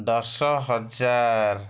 ଦଶ ହଜାର